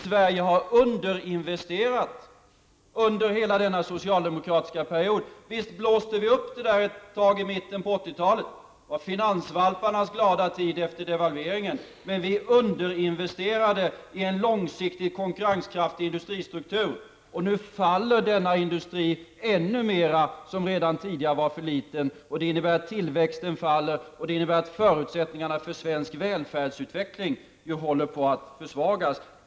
Sverige har underinvesterat under hela denna socialdemokratiska period. Visst blåstes detta upp under mitten av 80-talet. Det var under finansvalparnas glada tid efter devalveringen. Men vi underinvesterade i en långsiktig konkurrenskraftig industristruktur, och nu faller denna ännu mera. Den var redan tidigare för liten, vilket innebär att tillväxten faller och att förutsättningarna för Sveriges välfärdsutveckling håller på att försvagas.